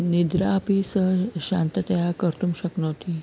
निद्रापि सः शान्त्या कर्तुं शक्नोति